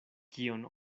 kion